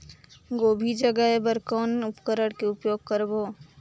गोभी जगाय बर कौन उपकरण के उपयोग करबो?